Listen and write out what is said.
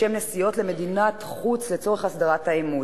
לשם נסיעות למדינת חוץ לצורך הסדרת האימוץ.